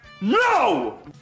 No